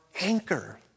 anchor